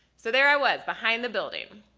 so, there i was behind the building.